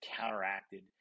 counteracted